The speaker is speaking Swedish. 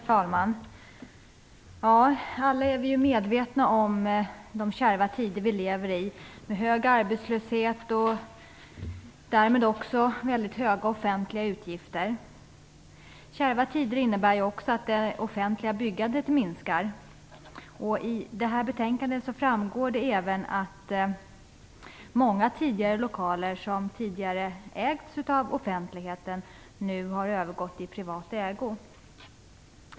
Herr talman! Alla är vi medvetna om de kärva tider som vi lever i med hög arbetslöshet och därmed väldigt höga offentliga utgifter. Kärva tider innebär ju också att det offentliga byggandet minskar. Av det här betänkandet framgår det även att många lokaler som tidigare har ägts av det offentliga nu har övergått i privat ägo.